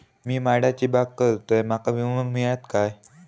मी माडाची बाग करतंय माका विमो मिळात काय?